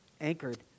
anchored